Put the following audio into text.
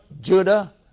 Judah